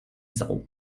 sau